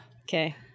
okay